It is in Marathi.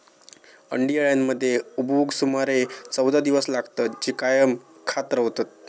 अंडी अळ्यांमध्ये उबवूक सुमारे चौदा दिवस लागतत, जे कायम खात रवतत